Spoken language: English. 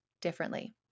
differently